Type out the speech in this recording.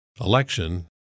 election